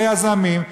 היזמים,